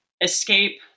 escape